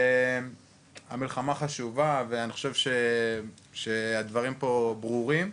המלחמה חשובה ואני חושב שהדברים פה ברורים.